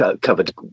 covered